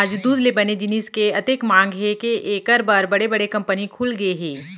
आज दूद ले बने जिनिस के अतेक मांग हे के एकर बर बड़े बड़े कंपनी खुलगे हे